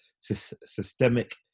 systemic